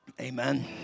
amen